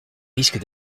risquent